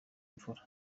imfura